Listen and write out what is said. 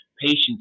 patients